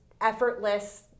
effortless